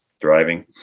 driving